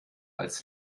als